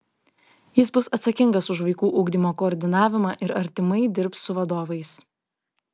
jis bus atsakingas už vaikų ugdymo koordinavimą ir artimai dirbs su vadovais